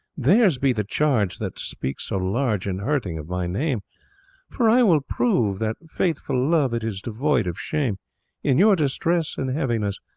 theirs be the charge, that speak so large in hurting of my name for i will prove, that, faithful love it is devoid of shame in your distress, and heaviness,